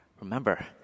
Remember